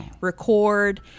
record